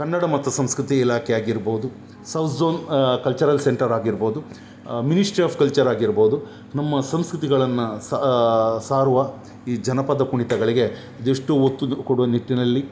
ಕನ್ನಡ ಮತ್ತು ಸಂಸ್ಕೃತಿ ಇಲಾಖೆ ಆಗಿರ್ಬೋದು ಸೌತ್ ಝೋನ್ ಕಲ್ಚರಲ್ ಸೆಂಟರ್ ಆಗಿರ್ಬೋದು ಮಿನಿಶ್ಟ್ರಿ ಆಫ್ ಕಲ್ಚರ್ ಆಗಿರ್ಬೋದು ನಮ್ಮ ಸಂಸ್ಕೃತಿಗಳನ್ನು ಸಾರುವ ಈ ಜನಪದ ಕುಣಿತಗಳಿಗೆ ಅದೆಷ್ಟೋ ಒತ್ತು ಕೊಡುವ ನಿಟ್ಟಿನಲ್ಲಿ